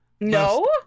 no